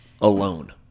alone